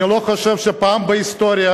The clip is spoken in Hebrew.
אני לא חושב שפעם בהיסטוריה